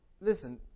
Listen